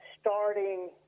starting